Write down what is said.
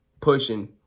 pushing